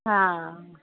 हा